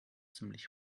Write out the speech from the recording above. ziemlich